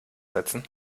setzen